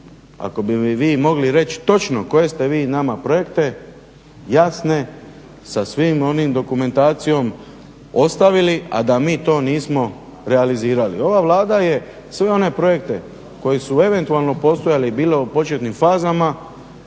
ako bi mi vi mogli reći točno koje ste vi nama projekte jasne, sa svim onom dokumentacijom ostavili a da mi to nismo realizirali. Ova Vlada je sve one projekte koji su eventualno postojali i bili u početnim fazama